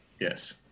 Yes